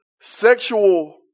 sexual